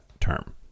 term